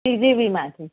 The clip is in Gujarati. સીઝીવીમાંથી